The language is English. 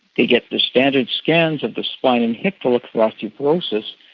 they get the standard scans of the spine and hip to look for osteoporosis.